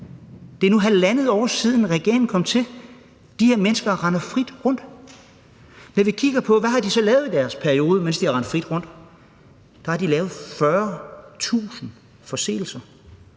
Det er nu halvanden år siden, regeringen kom til. De her mennesker render frit rundt. Når vi kigger på, hvad de så har lavet i den periode, de har rendt frit rundt, vil vi se, at de har lavet 40.000 forseelser